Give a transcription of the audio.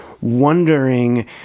wondering